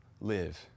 live